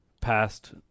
past